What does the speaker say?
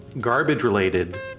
garbage-related